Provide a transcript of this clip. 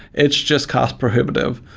it's just cost prohibitive.